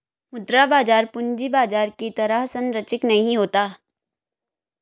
मुद्रा बाजार पूंजी बाजार की तरह सरंचिक नहीं होता